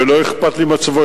ולא אכפת לי מצבו.